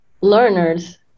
learners